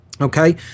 okay